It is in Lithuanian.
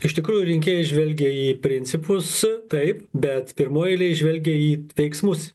iš tikrųjų rinkėjai žvelgia į principus taip bet pirmoj eilėj žvelgia į veiksmus